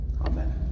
Amen